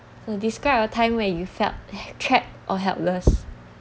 uh describe a time where you felt trapped or helpless